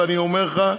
ואני אומר לך,